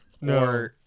No